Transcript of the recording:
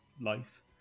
life